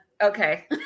Okay